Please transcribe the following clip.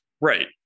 right